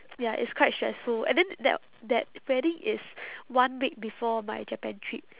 ya it's quite stressful and then that that wedding is one week before my japan trip